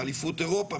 באליפות אירופה,